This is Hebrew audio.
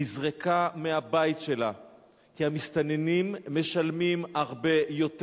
נזרקה מהבית שלה כי המסתננים משלמים הרבה יותר,